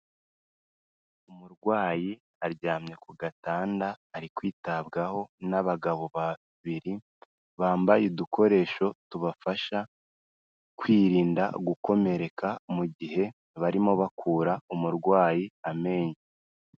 Umurwayi aryamye ku gatanda ari kwitabwaho n'abagabo babiri, bambaye udukoresho tubafasha kwirinda gukomereka mu gihe barimo bakura umurwayi amenyo.